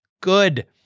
good